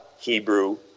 Hebrew